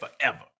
forever